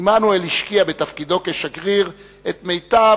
עמנואל השקיע בתפקידו כשגריר את מיטב